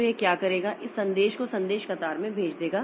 तो यह क्या करेगा यह संदेश को संदेश कतार में भेज देगा